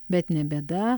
bet ne bėda